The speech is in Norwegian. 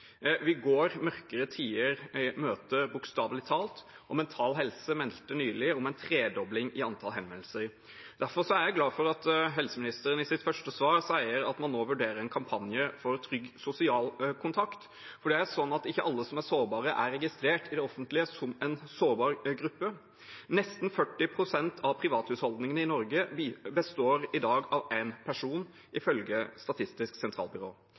Vi går mørkere tider i møte, bokstavelig talt, og Mental Helse meldte nylig om en tredobling i antall henvendelser. Derfor er jeg glad for at helseministeren i sitt første svar sier at man nå vurderer en kampanje for trygg sosial kontakt, for ikke alle som er sårbare, er registrert hos det offentlige som en sårbar gruppe. Nesten 40 pst. av privathusholdningene i Norge består i dag av én person, ifølge Statistisk sentralbyrå.